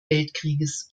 weltkrieges